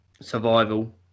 Survival